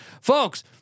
folks